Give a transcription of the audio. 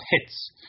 hits